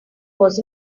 was